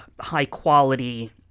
high-quality